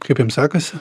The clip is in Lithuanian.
kaip jam sekasi